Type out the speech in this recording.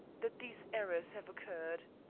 that these errors have occurred.